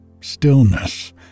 stillness